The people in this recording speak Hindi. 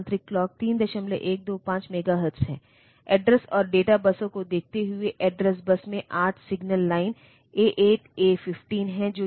प्रोसेसर या माइक्रोप्रोसेसर के अलावा कई अन्य डिवाइस भी हो सकते हैं जिन्हें क्लॉक सिग्नल की भी आवश्यकता होती है